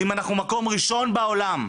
אם אנחנו נמצאים במקום הראשון בעולם,